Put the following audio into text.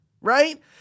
Right